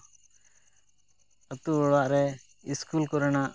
ᱟᱛᱳ ᱚᱲᱟᱜ ᱨᱮ ᱤᱥᱠᱩᱞ ᱠᱚᱨᱮᱱᱟᱜ